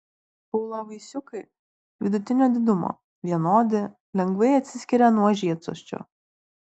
kaulavaisiukai vidutinio didumo vienodi lengvai atsiskiria nuo žiedsosčio